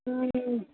हूँ हूँ